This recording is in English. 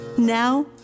Now